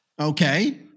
Okay